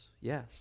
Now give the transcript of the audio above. yes